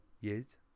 yes